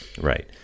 Right